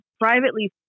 privately